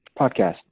podcast